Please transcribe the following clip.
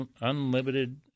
unlimited